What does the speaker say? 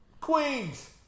Queens